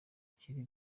kiri